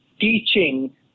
teaching